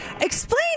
explain